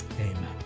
Amen